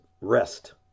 rest